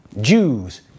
Jews